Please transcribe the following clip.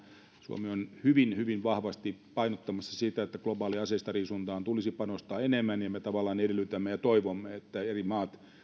suomi on hyvin hyvin vahvasti painottamassa sitä että globaaliin aseistariisuntaan tulisi panostaa enemmän me tavallaan edellytämme ja toivomme että eri maat